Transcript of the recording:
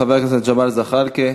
חבר הכנסת ג'מאל זחאלקֶה,